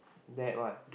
that one